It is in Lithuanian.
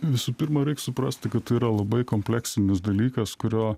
visų pirma reik suprasti kad tai yra labai kompleksinis dalykas kurio